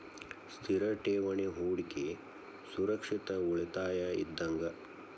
ಸ್ಥಿರ ಠೇವಣಿ ಹೂಡಕಿ ಸುರಕ್ಷಿತ ಉಳಿತಾಯ ಇದ್ದಂಗ